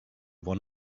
want